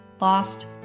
Lost